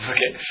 Okay